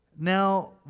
Now